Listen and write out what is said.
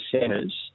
centres